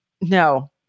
No